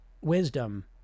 wisdom